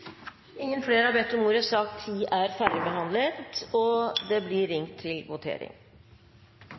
Flere har ikke bedt om ordet til sak nr. 10. Da er Stortinget klar til å gå til votering.